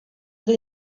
edo